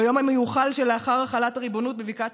ביום המיוחל שלאחר החלת ריבונות בבקעת